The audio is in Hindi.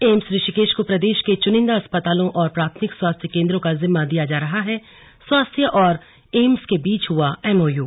एम्स ऋषिकेश को प्रदेश के चुनिंदा अस्पतालों और प्राथमिक स्वास्थ्य केंद्रों का जिम्मा दिया जा रहा हैस्वास्थ्य विभाग और एम्स के बीच हुआ एमओयू